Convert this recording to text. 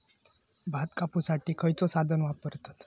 भात कापुसाठी खैयचो साधन वापरतत?